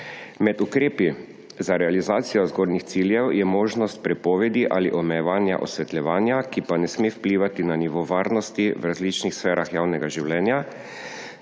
Med ukrepi za realizacijo zgornjih ciljev je možnost prepovedi ali omejevanja osvetljevanja, ki pa ne sme vplivati na nivo varnosti v različnih sferah javnega življenja,